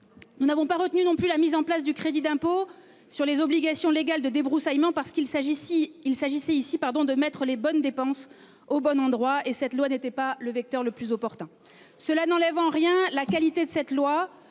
Nous n'avons pas retenu non plus la mise en place du crédit d'impôt sur les obligations légales de débroussaillement, parce qu'il s'agissait ici de mettre les bonnes dépenses au bon endroit ; ce texte n'était pas le vecteur le plus opportun. Ben voyons ! Cela ne diminue en rien la qualité de cette loi,